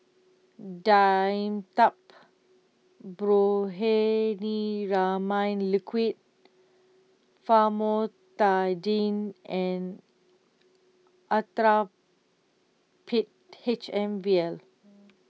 Dimetapp Brompheniramine Liquid Famotidine and Actrapid H M vial